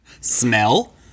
Smell